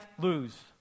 lose